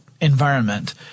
environment